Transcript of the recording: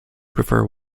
prefer